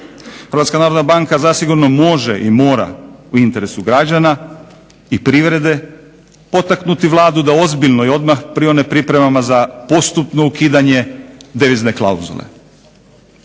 Hrvatska narodna banka zasigurno može i mora u interesu građana i privrede potaknuti Vladu da ozbiljno i odmah prione pripremama za postupno ukidanje devizne klauzule.